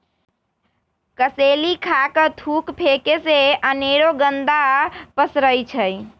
कसेलि खा कऽ थूक फेके से अनेरो गंदा पसरै छै